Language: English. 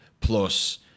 plus